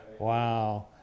Wow